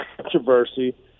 controversy